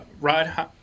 Rod